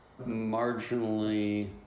marginally